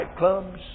nightclubs